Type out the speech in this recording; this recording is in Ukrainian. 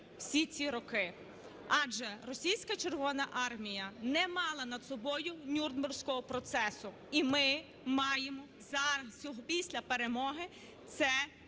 всі ці роки. Адже російська Червона армія не мала над собою Нюрнберзького процесу. І ми маємо після перемоги це зробити,